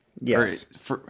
Yes